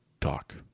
talk